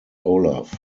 olaf